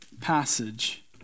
passage